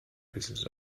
business